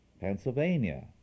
Pennsylvania